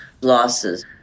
losses